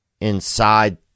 inside